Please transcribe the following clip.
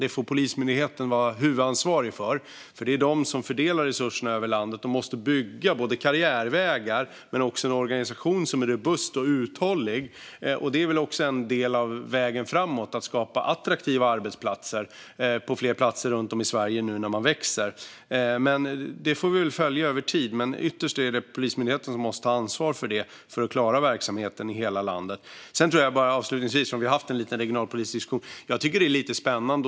Det får Polismyndigheten vara huvudansvarig för, för det är de som fördelar resurserna över landet och som måste bygga karriärvägar men också en organisation som är robust och uthållig. Det är väl också en del av vägen framåt: att skapa attraktiva arbetsplatser på fler platser runt om i Sverige nu när de växer. Detta får vi följa över tid, men ytterst är det Polismyndigheten som måste ta ansvar för att klara verksamheten i hela landet. Avslutningsvis ska jag bara ha en liten regionalpolitisk diskussion. Jag tycker att det är lite spännande.